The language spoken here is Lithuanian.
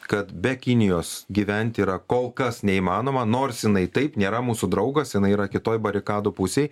kad be kinijos gyventi yra kol kas neįmanoma nors jinai taip nėra mūsų draugas jinai yra kitoj barikadų pusėj